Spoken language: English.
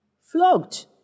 Flogged